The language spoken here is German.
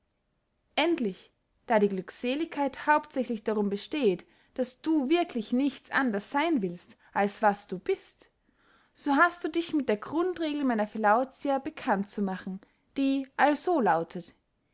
endlich da die glückseligkeit hauptsächlich darum besteht daß du wirklich nichts anders seyn willst als was du bist so hast du dich mit der grundregel meiner philautia bekannt zu machen die also lautet